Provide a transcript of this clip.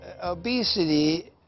Obesity